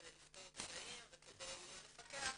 כדי לפתור קשיים וכדי לפקח,